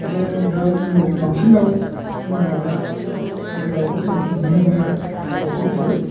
माने दा जोंनाव बांसिन दाउ बुङोबा दा नैबे दाउखौ जोङो नुनो मोनो आरो दाउब' गुफुर